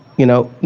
you know,